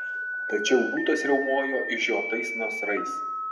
tačiau liūtas riaumojo išžiotais nasrais